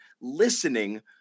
listening